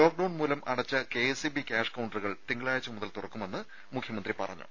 lockdown മൂലം അടച്ച KSEB cash കൌണ്ടറുകൾ തിങ്കളാഴ്ച്ച മുതൽ തുറക്കുമെന്ന് മുഖ്യമന്ത്രി അറിയിച്ചു